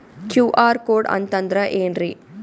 QR code ಅಂತಂದ್ರ ಏನ್ರೀ?